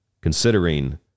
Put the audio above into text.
considering